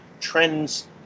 trends